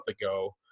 ago